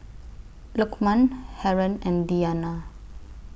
Lukman Haron and Diyana